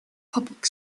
public